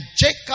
Jacob